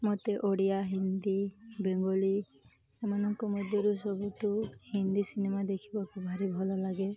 ମୋତେ ଓଡ଼ିଆ ହିନ୍ଦୀ ବେଙ୍ଗଲୀ ସେମାନଙ୍କ ମଧ୍ୟରୁ ସବୁଠୁ ହିନ୍ଦୀ ସିନେମା ଦେଖିବାକୁ ଭାରି ଭଲ ଲାଗେ